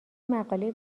مقاله